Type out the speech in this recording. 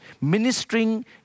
ministering